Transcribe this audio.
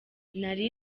nari